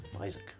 Isaac